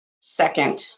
Second